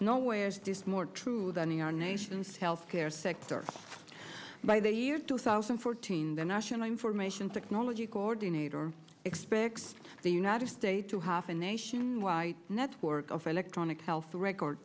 is this more true than the our nation's healthcare sector by the year two thousand and fourteen the national information technology coordinator expects the united states to have a nationwide network of electronic health records